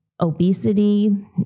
obesity